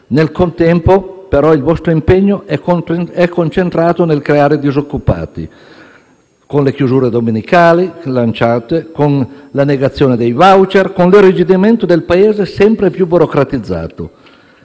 Nel contempo, però, il vostro impegno è concentrato sul creare disoccupati, con le chiusure domenicali, con la negazione dei *voucher*, con l'irrigidimento del Paese sempre più burocratizzato.